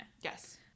Yes